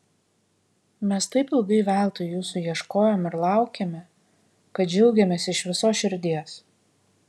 mes taip ilgai veltui jūsų ieškojome ir laukėme kad džiaugiamės iš visos širdies